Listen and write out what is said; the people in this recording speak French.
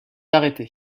arrêté